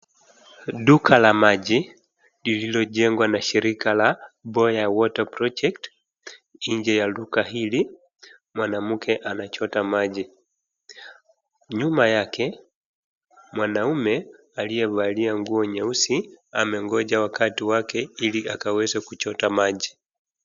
Duka la maji lililojengwa na shirika la Boya Water Project. Nje ya duka hili mwanamke anachota maji. Nyuma yake mwanaume aliyevalia nguo nyeusi amengoja wakati wake ili akaweze kuchota maji.